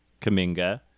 Kaminga